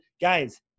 guys